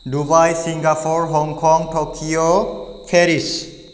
Dubai Singapore Hong Kong Tokyo Paris